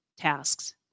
tasks